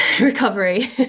recovery